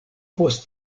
post